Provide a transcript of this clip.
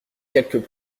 quelques